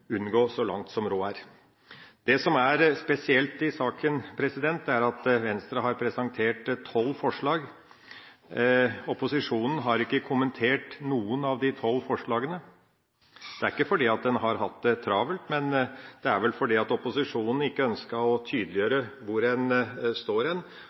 unngå nattarbeid og søndagsarbeid så langt som råd er. Det som er spesielt i saken, er at Venstre har presentert tolv forslag. Opposisjonen har ikke kommentert noen av de tolv forslagene. Det er ikke fordi en har hatt det travelt, det er vel fordi opposisjonen ikke ønsket å tydeliggjøre hvor en står hen. Det er bare fra opposisjonens side en